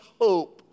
hope